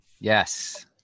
Yes